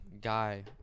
guy